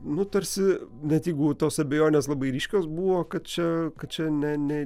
nu tarsi net jeigu tos abejonės labai ryškios buvo kad čia kad čia ne ne